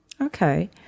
Okay